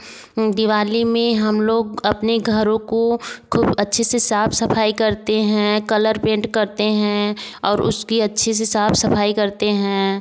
दिवाली में हम लोग अपने घरों को खूब अच्छे से साफ़ सफ़ाई करते हैं कलर पेंट करते हैं और उसकी अच्छे से साफ़ सफ़ाई करते हैं